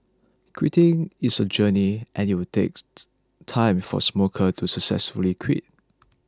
quitting is a journey and it will take time for smokers to successfully quit